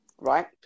Right